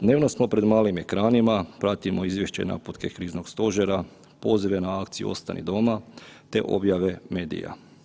Dnevno smo pred malim ekranima, pratimo izvješće i naputke kriznog stožera, pozive na akciju „ostani doma“ te objave medija.